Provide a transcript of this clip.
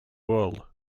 world